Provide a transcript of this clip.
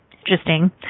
Interesting